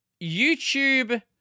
YouTube